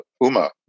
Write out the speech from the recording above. Uma